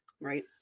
Right